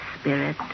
spirit